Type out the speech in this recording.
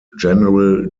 general